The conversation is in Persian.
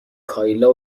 کایلا